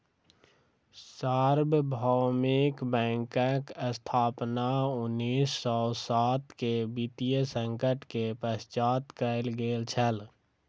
सार्वभौमिक बैंकक स्थापना उन्नीस सौ सात के वित्तीय संकट के पश्चात कयल गेल छल